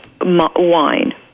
wine